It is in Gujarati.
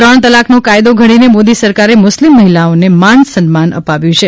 ત્રણ તલાકનો કાયદો ઘડીને મોદી સરકારે મુસ્લિમ મહિલાને મનસન્માન અપાવ્યું છે